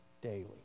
daily